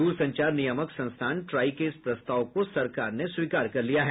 दूरसंचार नियामक संस्थान ट्राई के इस प्रस्ताव को सरकार ने स्वीकार कर लिया है